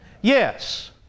Yes